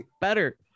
better